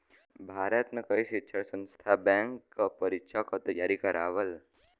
भारत में कई शिक्षण संस्थान बैंक क परीक्षा क तेयारी करावल